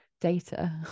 data